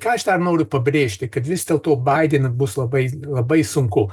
ką aš dar noriu pabrėžti kad vis dėlto baidena bus labai labai sunku